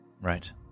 Right